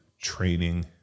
training